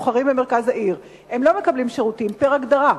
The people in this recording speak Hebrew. הסוחרים במרכז העיר לא מקבלים שירותים פר-הגדרה,